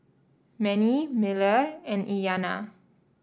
Manie Miller and Iyanna